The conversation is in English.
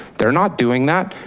they're not doing that,